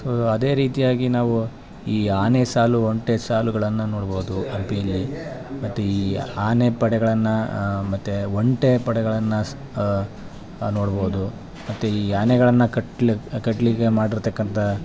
so ಅದೇ ರೀತಿಯಾಗಿ ನಾವು ಈ ಆನೆ ಸಾಲು ಒಂಟೆ ಸಾಲುಗಳನ್ನು ನೋಡ್ಬೌದು ಹಂಪೀಲಿ ಮತ್ತು ಈ ಆನೆ ಪಡೆಗಳನ್ನ ಮತ್ತು ಒಂಟೆ ಪಡೆಗಳನ್ನು ನೋಡ್ಬೌದು ಮತ್ತು ಈ ಆನೆಗಳನ್ನು ಕಟ್ಲಿಕ್ಕೆ ಕಟ್ಲಿಕ್ಕೆ ಮಾಡಿರ್ತಕ್ಕಂಥ